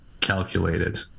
calculated